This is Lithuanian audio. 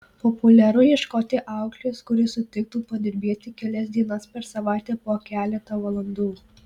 populiaru ieškoti auklės kuri sutiktų padirbėti kelias dienas per savaitę po keletą valandų